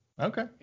Okay